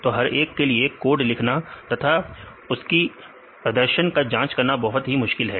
तो हर एक के लिए कोड लिखना तथा उसकी प्रदर्शन की जांच करना बहुत ही मुश्किल है